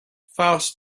faust